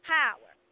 power